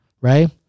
right